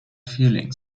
feelings